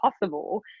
possible